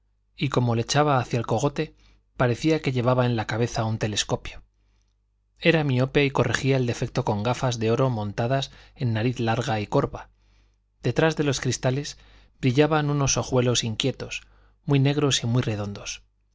y como lo echaba hacia el cogote parecía que llevaba en la cabeza un telescopio era miope y corregía el defecto con gafas de oro montadas en nariz larga y corva detrás de los cristales brillaban unos ojuelos inquietos muy negros y muy redondos